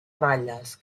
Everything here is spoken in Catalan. ratlles